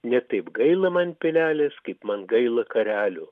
ne taip gaila man pilelės kaip man gaila karelio